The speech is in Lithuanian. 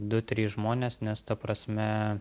du trys žmonės nes ta prasme